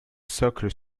socle